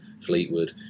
Fleetwood